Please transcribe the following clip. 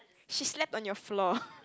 she slept on your floor